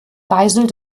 geisel